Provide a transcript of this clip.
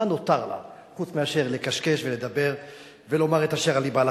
מה נותר לה חוץ מאשר לקשקש ולדבר ולומר את אשר על לבה?